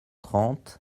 trente